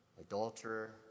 Adulterer